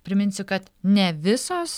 priminsiu kad ne visos